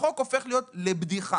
החוק הופך להיות בדיחה.